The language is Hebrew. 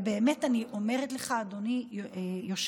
ובאמת אני אומרת לך, אדוני היושב-ראש,